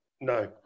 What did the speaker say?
no